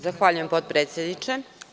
Zahvaljujem potpredsedniče.